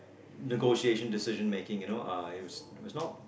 negotiation decision making you know uh it's not